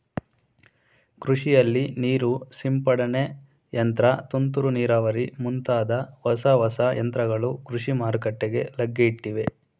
ಕೃಷಿಯಲ್ಲಿ ನೀರು ಸಿಂಪಡನೆ ಯಂತ್ರ, ತುಂತುರು ನೀರಾವರಿ ಮುಂತಾದ ಹೊಸ ಹೊಸ ಯಂತ್ರಗಳು ಕೃಷಿ ಮಾರುಕಟ್ಟೆಗೆ ಲಗ್ಗೆಯಿಟ್ಟಿವೆ